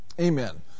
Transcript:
Amen